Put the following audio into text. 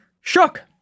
shook